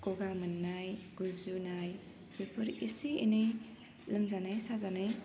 गगा मोन्नाय गुजुनाय बेफोर इसे एनै लोमजानाय साजानाय